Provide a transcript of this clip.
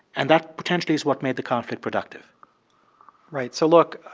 and that potentially is what made the conflict productive right. so look.